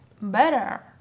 better